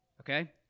Okay